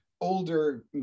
older